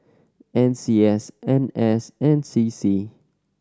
N C S N S and C C